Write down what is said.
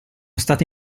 stati